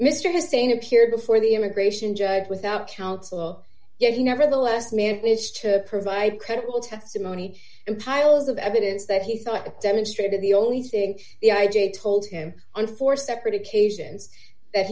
hussein appeared before the immigration judge without counsel yet he nevertheless managed to provide credible testimony and piles of evidence that he thought demonstrated the only thing the i j a told him on four separate occasions that